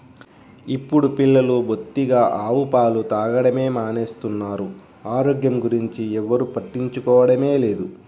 ఇప్పుడు పిల్లలు బొత్తిగా ఆవు పాలు తాగడమే మానేస్తున్నారు, ఆరోగ్యం గురించి ఎవ్వరు పట్టించుకోవడమే లేదు